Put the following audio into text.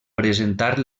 presentar